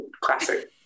classic